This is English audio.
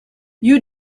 you